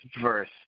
verse